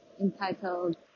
entitled